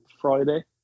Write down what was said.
Friday